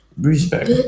Respect